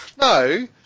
No